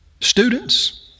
Students